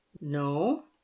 No